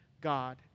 God